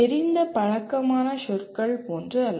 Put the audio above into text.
தெரிந்த பழக்கமான சொற்கள் போன்று அல்ல